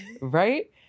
Right